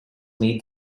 made